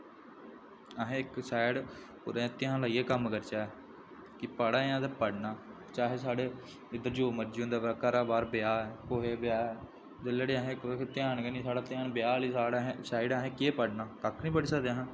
असें इक साइड पूरा ध्यान लाइयै कम्म करचै कि पढ़ा दे आं ते पढ़ना चाहे साढ़े इद्धर जो मर्जी होंदा र'वै घरा बाह्र ब्याह् ऐ कुतै बी ब्याह् ऐ जेल्लै तोड़ी इक बारी ध्यान गै निं साढ़ा ध्यान ब्याह् आह्ली साइड ऐ असें केह् पढ़ना कक्ख निं पढ़ी सकदे अस